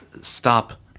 stop